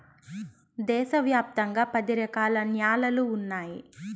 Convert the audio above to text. దేశ వ్యాప్తంగా పది రకాల న్యాలలు ఉన్నాయి